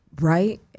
right